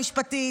המשפטית,